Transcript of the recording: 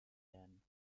werden